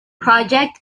project